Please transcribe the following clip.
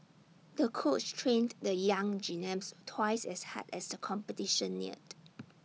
the coach trained the young gymnast twice as hard as the competition neared